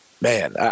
man